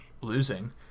losing